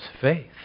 faith